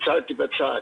עצרתי בצד.